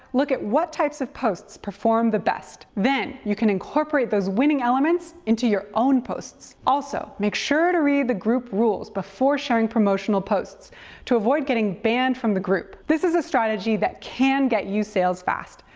look at what types of posts perform the best. then, you can incorporate those winning elements into your own posts. also, make sure to read any group rules before sharing promotional posts to avoid getting banned from the group. this is a strategy that can get you sales fast,